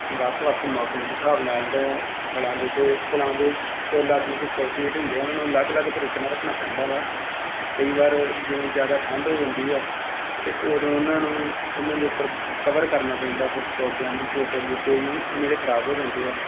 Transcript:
ਵੱਖ ਵੱਖ ਮੌਸਮ ਦੇ ਹਿਸਾਬ ਨਾਲ਼ ਜਿਹੜਾ ਫ਼ਲਾਂ ਦੇ ਅਤੇ ਫ਼ੁੱਲਾਂ ਦੇ ਫੁੱਲ ਆਦਿ ਦੇ ਪੌਦੇ ਜਿਹੜੇ ਹੁੰਦੇ ਆ ਉਹਨਾਂ ਨੂੰ ਅਲੱਗ ਅਲੱਗ ਤਰੀਕੇ ਨਾਲ਼ ਰੱਖਣਾ ਪੈਂਦਾ ਵਾ ਕਈ ਵਾਰ ਜਿਵੇਂ ਜ਼ਿਆਦਾ ਠੰਢ ਹੋ ਜਾਂਦੀ ਆ ਅਤੇ ਉਦੋਂ ਉਹਨਾਂ ਨੂੰ ਉਹਨਾਂ ਦੇ ਉੱਪਰ ਕਵਰ ਕਰਨਾ ਪੈਂਦਾ ਪ ਪੌਦਿਆਂ ਨੂੰ ਛੋਟੇ ਬੂਟੇ ਨੂੰ ਨਹੀਂ ਤਾਂ ਖ਼ਰਾਬ ਹੋ ਜਾਂਦੇ ਆ